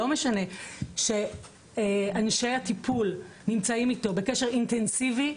לא משנה שאנשי הטיפול נמצאים איתו בקשר אינטנסיבי,